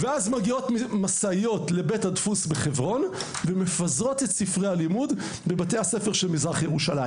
אחר כך מגיעות משאיות ומפזרות את ספרי הלימוד במזרח ירושלים.